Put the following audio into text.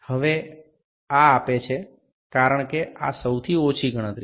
હવે આ આપે છે કારણ કે આ સૌથી ઓછી ગણતરી છે